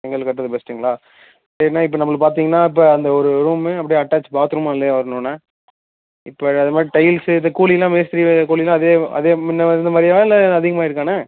செங்கலில் கட்டுறது பெஸ்ட்டுங்களா சரிண்ண இப்போ நம்பளுக்கு பார்த்தீங்கன்னா இப்போ அந்த ஒரு ரூமு அப்டே அட்டாச் பாத்ரூம் அதுல வரணுண்ண இப்போ அது அத மாரி டைல்ஸ்ஸு இது கூலிலாம் மேஸ்திரி கூலிலாம் அதே அதே முன்ன இருந்த மாரியா இல்லை அதிகமாயிருக்காண்ண